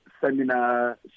seminar